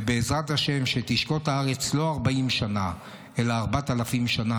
ובעזרת השם שתשקוט הארץ לא ארבעים שנה אלא ארבעת אלפים שנה.